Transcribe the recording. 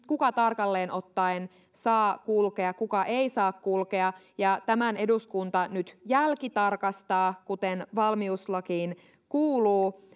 kuka tarkalleen ottaen saa kulkea kuka ei saa kulkea ja tämän eduskunta nyt jälkitarkastaa kuten valmiuslakiin kuuluu